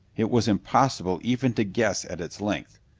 it was impossible even to guess at its length,